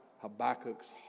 Habakkuk's